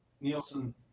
Nielsen